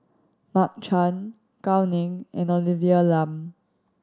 Mark Chan Gao Ning and Olivia Lum